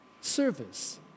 service